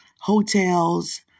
hotels